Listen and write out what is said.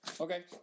Okay